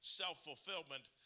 self-fulfillment